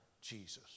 Jesus